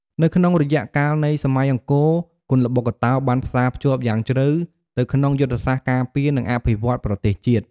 នៅក្នុងរយៈកាលនៃសម័យអង្គរគុនល្បុក្កតោបានផ្សារភ្ជាប់យ៉ាងជ្រៅទៅក្នុងយុទ្ធសាស្ត្រការពារ និងអភិវឌ្ឍន៍ប្រទេសជាតិ។